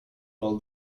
all